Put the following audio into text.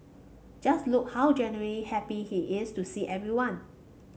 just look how genuinely happy he is to see everyone